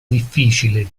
difficile